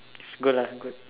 it's good lah good